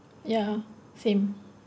ya same